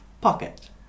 Pocket